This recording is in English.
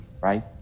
right